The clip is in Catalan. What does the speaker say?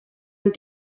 han